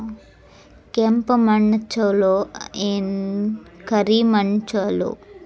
ಕೆಂಪ ಮಣ್ಣ ಛಲೋ ಏನ್ ಕರಿ ಮಣ್ಣ ಛಲೋ?